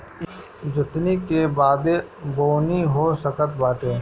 जोतनी के बादे बोअनी हो सकत बाटे